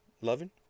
loving